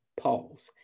pause